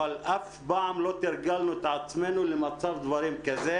אבל אף פעם לא תרגלנו את עצמנו למצב דברים כזה,